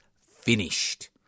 finished